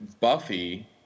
Buffy